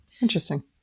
Interesting